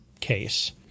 case